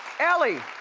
ellie.